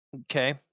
Okay